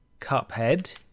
Cuphead